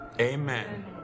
Amen